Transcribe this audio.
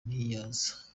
ntiyaza